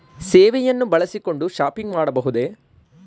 ಸೇವೆಯನ್ನು ಬಳಸಿಕೊಂಡು ಶಾಪಿಂಗ್ ಮಾಡಬಹುದೇ?